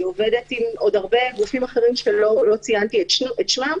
היא עובדת עם עוד הרבה גופים אחרים שלא ציינתי את שמם.